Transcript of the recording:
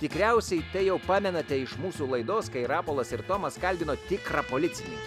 tikriausiai tai jau pamenate iš mūsų laidos kai rapolas ir tomas kalbino tikrą policininką